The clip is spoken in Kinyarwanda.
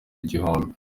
igihumbi